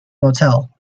motel